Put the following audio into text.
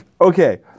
Okay